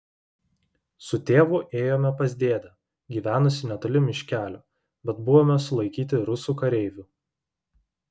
su tėvu ėjome pas dėdę gyvenusį netoli miškelio bet buvome sulaikyti rusų kareivių